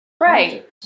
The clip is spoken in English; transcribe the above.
Right